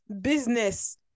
business